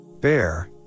Bear